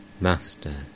Master